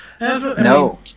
No